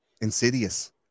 insidious